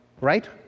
Right